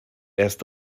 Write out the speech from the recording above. erst